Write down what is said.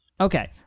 okay